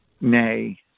Nay